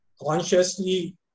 consciously